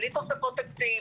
בלי תוספות תקציב,